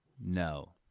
no